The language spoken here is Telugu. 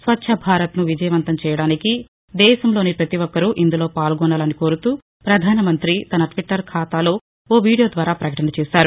స్వచ్చ భారత్ను విజయవంతం చేయడానికి దేశంలోని పతి ఒక్కరు ఇందులో పాల్గొనాలని కోరుతూ పధానమంతి తన ల్విటర్ ఖాతాలో ఓ వీడియో ద్వారా పకటన చేశారు